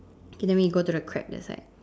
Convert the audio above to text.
okay then we go to the crab that side